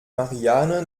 marianne